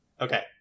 Okay